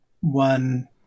one